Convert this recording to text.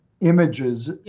images